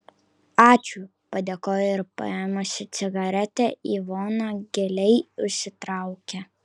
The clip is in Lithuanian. ačiū padėkojo ir paėmusi cigaretę ivona giliai užsitraukė